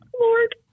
Lord